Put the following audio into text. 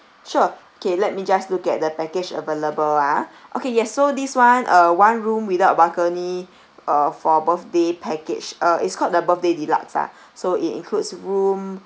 sure okay let me just look at the package available ah okay yes so this [one] a one room without balcony uh for birthday package uh it's called the birthday deluxe ah so it includes room